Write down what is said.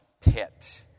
pit